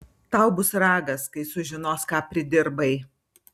tau bus ragas kai sužinos ką pridirbai